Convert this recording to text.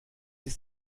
ist